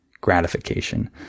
gratification